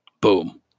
Boom